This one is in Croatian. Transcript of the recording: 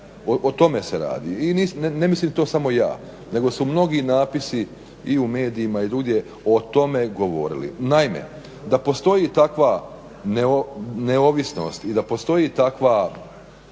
O tome se radi. I ne mislim to samo ja nego su mnogi napisi i u medijima i drugdje o tome govorili. Naime, da postoji takva neovisnost i da postoji takva